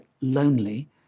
lonely